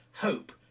hope